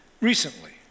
recently